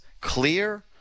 clear